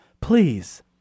Please